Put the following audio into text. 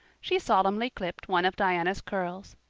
she solemnly clipped one of diana's curls.